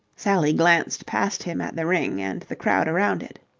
sally glanced past him at the ring and the crowd around it.